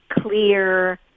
clear